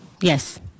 yes